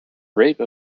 rape